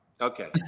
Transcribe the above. Okay